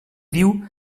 diu